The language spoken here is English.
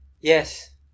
Yes